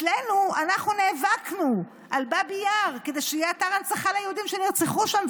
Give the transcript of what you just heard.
אנחנו נאבקנו על באבי יאר כדי שיהיה אתר הנצחה ליהודים שנרצחו שם,